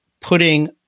putting